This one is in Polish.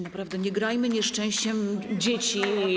Naprawdę nie grajmy nieszczęściem dzieci.